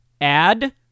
Add